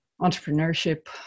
entrepreneurship